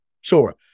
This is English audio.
sure